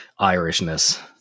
Irishness